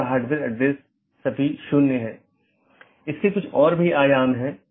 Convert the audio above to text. इन मार्गों को अन्य AS में BGP साथियों के लिए विज्ञापित किया गया है